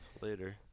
later